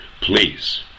please